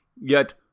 yet—